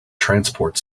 transport